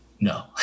No